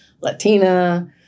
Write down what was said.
Latina